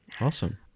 awesome